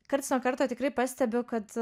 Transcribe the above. karts nuo karto tikrai pastebiu kad